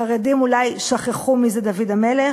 החרדים אולי שכחו מי זה דוד המלך.